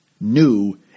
new